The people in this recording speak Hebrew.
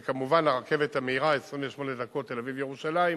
וכמובן, הרכבת המהירה, 28 דקות תל-אביב ירושלים,